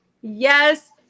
Yes